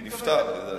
הוא נפטר, לדעתי.